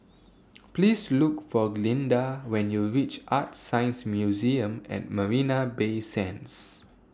Please Look For Glynda when YOU REACH ArtScience Museum and Marina Bay Sands